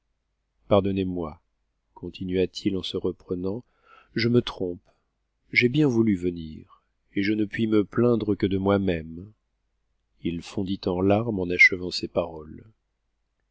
pardonnez-moi continua-t-il en se reprenant je me trompe j'ai bien voulu venir et je ne puis me plaindre que de moi-même a ii fondit en larmes en achevant ces paroles